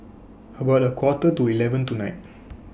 about A Quarter to eleven tonight